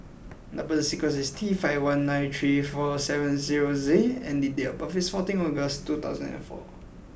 number sequence is T five one nine three four seven zero Z and date of birth is fourteen August two thousand and four